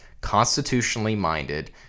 constitutionally-minded